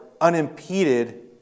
unimpeded